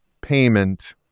payment